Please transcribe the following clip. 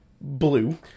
blue